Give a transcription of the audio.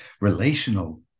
relational